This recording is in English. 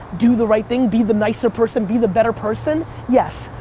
do the right thing? be the nicer person? be the better person? yes,